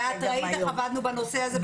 ואת ראית איך עבדנו בנושא הזה.